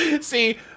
See